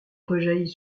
rejaillit